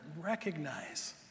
recognize